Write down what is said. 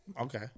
Okay